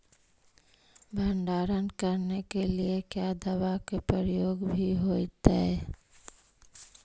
भंडारन करने के लिय क्या दाबा के प्रयोग भी होयतय?